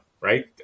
right